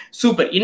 super